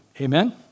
Amen